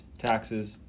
taxes